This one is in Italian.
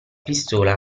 pistola